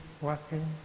walking